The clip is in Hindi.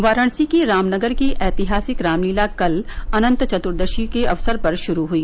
वाराणसी की रामनगर की ऐतिहासिक रामलीला कल अनंत चत्दशी के अवसर पर शुरू हई